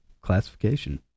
classification